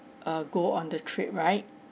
uh go on the trip right